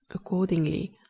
accordingly,